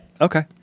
okay